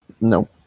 no